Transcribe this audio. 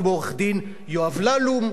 כמו עורך-דין יואב ללום,